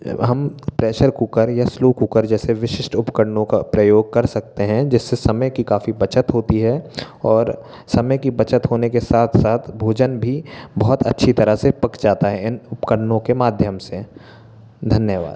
हम pressure cooker या slow cooker जैसे विशिष्ट उपकरणों का प्रयोग कर सकते हैं जिससे समय की काफ़ी बचत होती है और समय की बचत होने के साथ साथ भोजन भी बहुत अच्छी तरह से पक जाता है इन उपकरणों के माध्यम से धन्यवाद